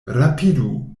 rapidu